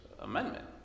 Amendment